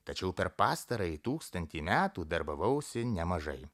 tačiau per pastarąjį tūkstantį metų darbavausi nemažai